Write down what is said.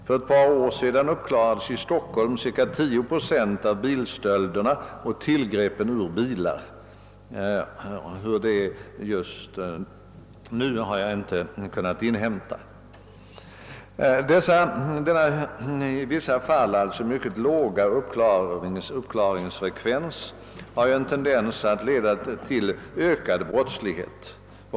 För ett par år sedan uppklarades i Stockholm cirka 10 procent av bilstölderna och tillgreppen ur bilar. Hur det är just nu har jag inte kunnat inhämta. Denna i vissa fall mycket låga uppklaringsfrekvens har en tendens att leda till ökad brottslighet.